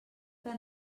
que